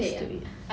used to it